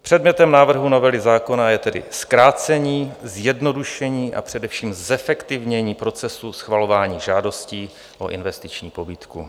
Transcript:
Předmětem návrhu novely zákona je tedy zkrácení, zjednodušení, a především zefektivnění procesu schvalování žádostí o investiční pobídku.